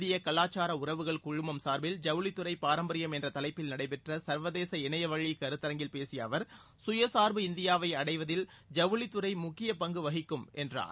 இந்திய கலாச்சார உறவுகள் குழுமம் சார்பில் ஜவுளித்துறை பாரம்பரியம் என்ற தலைப்பில் நடைபெற்ற சர்வதேச இணையவழிக் கருத்தரங்கில் பேசிய அவர் கயசார்பு இந்தியாவை அடைவதில் ஜவுளித்துறை முக்கிய பங்கு வகிக்கும் என்றார்